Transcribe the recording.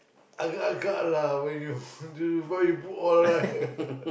agak agak lah when you where you put all right